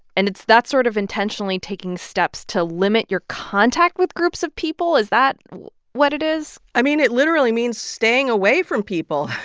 and it's that's sort of intentionally taking steps to limit your contact with groups of people? is that what it is? i mean, it literally means staying away from people.